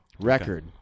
record